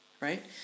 Right